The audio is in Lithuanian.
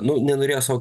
nu nenorėjo savo